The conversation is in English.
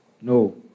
No